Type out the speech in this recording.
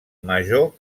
major